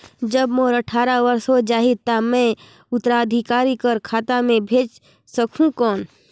जब मोर अट्ठारह वर्ष हो जाहि ता मैं उत्तराधिकारी कर खाता मे भेज सकहुं कौन?